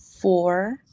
four